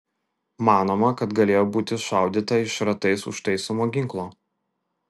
manoma kad galėjo būti šaudyta iš šratais užtaisomo ginklo